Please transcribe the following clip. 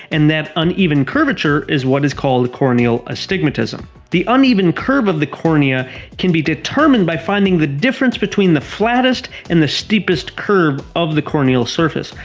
and that uneven curvature is what is called corneal astigmatism. the uneven curve of the cornea can be determined by finding the difference between the flattest and the steepest curve of the corneal surface.